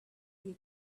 you